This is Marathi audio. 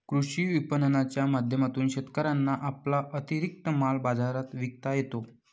कृषी विपणनाच्या माध्यमातून शेतकऱ्यांना आपला अतिरिक्त माल बाजारात विकता येतो